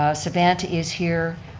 ah savanta is here.